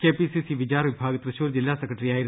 KPCC Vichar Vibhag Thrissur ജില്ലാ സെക്രട്ടറിയായിരുന്നു